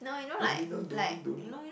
don't lean lor don't lean don't lean